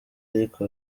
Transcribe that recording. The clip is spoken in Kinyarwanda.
ariko